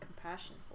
compassion